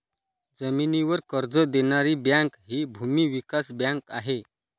जमिनीवर कर्ज देणारी बँक हि भूमी विकास बँक आहे